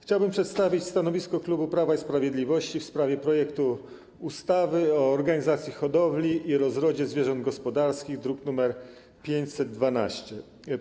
Chciałbym przedstawić stanowisko klubu Prawa i Sprawiedliwości w sprawie projektu ustawy o organizacji hodowli i rozrodzie zwierząt gospodarskich, druk nr 512.